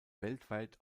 weltweit